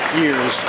years